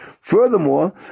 Furthermore